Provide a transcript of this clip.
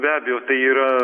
be abejo tai yra